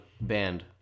band